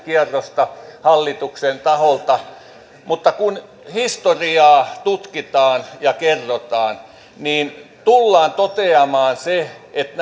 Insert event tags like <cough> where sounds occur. kierrosta hallituksen taholta mutta kun historiaa tutkitaan ja kerrotaan niin tullaan toteamaan se että <unintelligible>